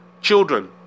children